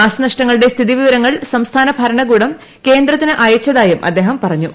നാശനഷ്ടങ്ങളുടെ സ്ഥിതിവിവരങ്ങൾ സംസ്ഥാന ഭരണകൂടം കേന്ദ്രത്തിന് അയച്ചതായി അദ്ദേഹം പറഞ്ഞു